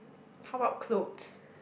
how about clothes